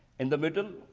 in the middle,